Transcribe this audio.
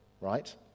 right